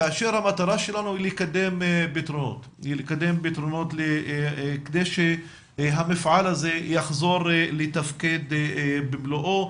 כאשר מטרתנו לקדם פתרונות כדי שהמפעל הזה יחזור לתפקד במלואו,